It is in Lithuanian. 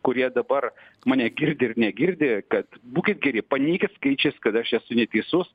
kurie dabar mane girdi ir negirdi kad būkit geri paneikit skaičiais kad aš esu neteisus